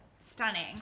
stunning